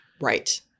Right